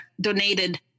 donated